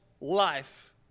life